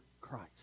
Christ